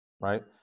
right